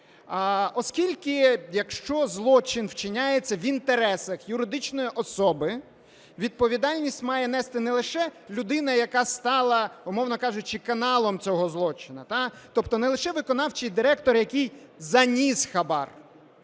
Оскільки, якщо злочин вчиняється в інтересах юридичної особи, відповідальність має нести не лише людина, яка стала, умовно кажучи, каналом цього злочину, тобто не лише виконавчий директор, який заніс хабар.